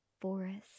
forest